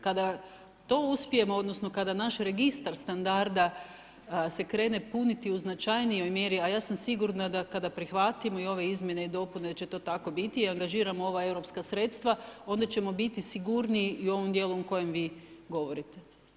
Kada to uspijemo, odnosno kada naš registar standarda se krene puniti u značajnijoj mjeri, a ja sam sigurna da kada prihvatimo i ove izmjene i dopune, da će to tako biti i angažiramo ova europska sredstva, onda ćemo biti sigurniji i u ovom dijelu o kojem vi govorite.